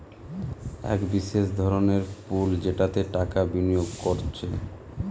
এক বিশেষ ধরনের পুল যেটাতে টাকা বিনিয়োগ কোরছে